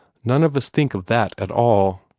none of us think of that at all.